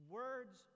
words